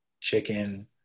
chicken